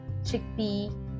chickpea